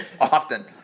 often